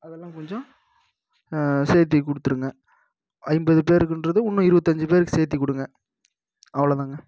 அதெலாம் கொஞ்சம் சேர்த்தி கொடுத்துடுங்க ஐம்பது பேருக்குகிறது இன்னும் இருபத்தியஞ்சி பேருக்கு சேர்த்தி கொடுங்க அவ்வளோதாங்க